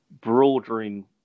broadening